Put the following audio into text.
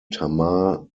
tamar